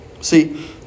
See